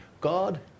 God